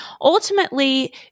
ultimately